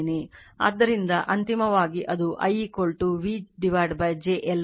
ಆದ್ದರಿಂದ ಅಂತಿಮವಾಗಿ ಅದು i V j L1 2 M ಆಗುತ್ತದೆ